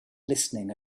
listening